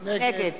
נגד